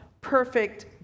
perfect